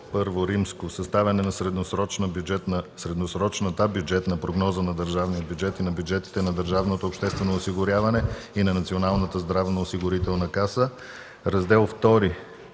І – Съставяне на средносрочната бюджетна прогноза на държавния бюджет и на бюджетите на държавното обществено осигуряване и на Националната здравноосигурителна каса”, „Раздел ІІ